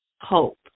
hope